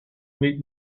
meet